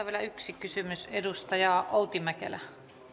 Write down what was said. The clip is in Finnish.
vielä yksi kysymys edustaja outi mäkelä arvoisa puhemies